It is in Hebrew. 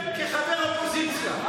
אתה תשב כחבר אופוזיציה.